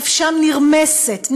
נפשם נרמסת,